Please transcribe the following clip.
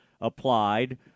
applied